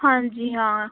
ਹਾਂਜੀ ਹਾਂ